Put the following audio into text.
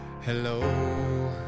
hello